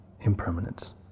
impermanence